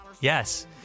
Yes